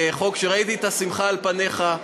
וראיתי את השמחה על פניך,